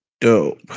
Dope